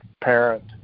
parent